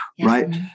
right